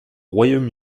royaume